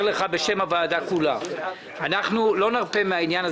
אני אומר לך בשם הוועדה כולה: אנחנו לא נרפה מן העניין הזה.